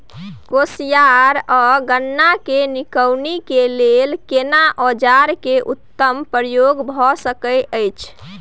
कोसयार आ गन्ना के निकौनी के लेल केना औजार के उत्तम प्रयोग भ सकेत अछि?